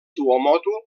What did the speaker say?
tuamotu